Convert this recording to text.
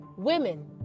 Women